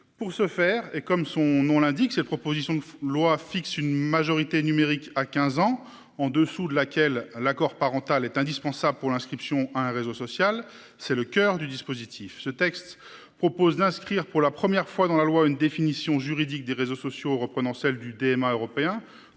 Pour ce faire et comme son nom l'indique, cette proposition de loi fixe une majorité numérique à 15 ans en dessous de laquelle l'accord parental est indispensable pour l'inscription à un réseau social. C'est le coeur du dispositif, ce texte propose d'inscrire pour la première fois dans la loi une définition juridique des réseaux sociaux, reprenant celle du DMA européen